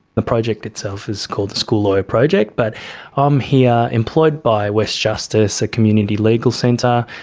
the project itself is called the school lawyer project. but i'm here employed by west justice, a community legal centre,